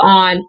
on